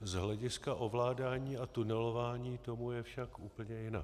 Z hlediska ovládání a tunelování tomu je však úplně jinak.